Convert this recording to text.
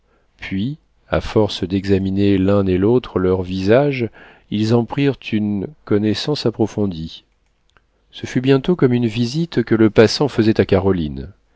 puis à force d'examiner l'un et l'autre leurs visages ils en prirent une connaissance approfondie ce fut bientôt comme une visite que le passant faisait à caroline